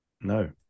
No